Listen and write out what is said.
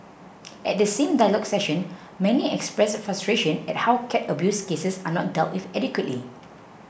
at the same dialogue session many expressed frustration at how cat abuse cases are not dealt with adequately